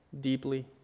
deeply